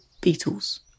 beetles